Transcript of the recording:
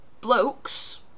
blokes